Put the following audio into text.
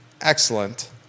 Excellent